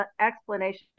explanation